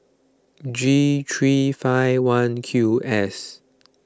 G three five one Q S